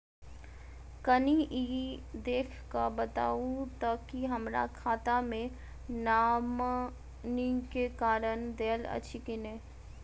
कनि ई देख कऽ बताऊ तऽ की हमरा खाता मे नॉमनी केँ नाम देल अछि की नहि?